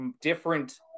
different